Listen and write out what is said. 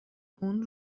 اون